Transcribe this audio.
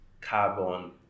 carbon